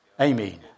Amen